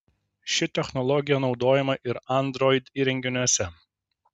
ši technologija naudojama ir android įrenginiuose